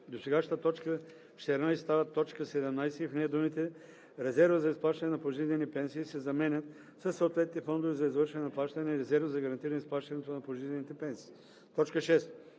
Досегашната т. 14 става т. 17 и в нея думите „резерва за изплащане на пожизнени пенсии“ се заменят със „съответните фондове за извършване на плащания и резерва за гарантиране изплащането на пожизнените пенсии“; 6.